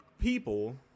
people